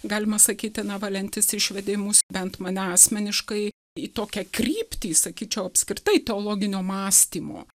galima sakyti na valentis išvedė mus bent mane asmeniškai į tokią kryptį sakyčiau apskritai teologinio mąstymo